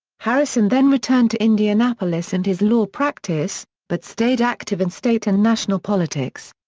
harrison then returned to indianapolis and his law practice, but stayed active in state and national politics.